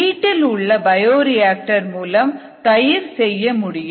வீட்டிலுள்ள பயோரியாக்டர் மூலம் தயிர் செய்ய முடியும்